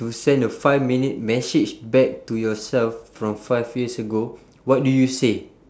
to send a five minute message back to yourself from five years ago what do you say